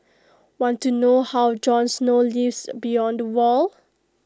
want to know how Jon snow lives beyond the wall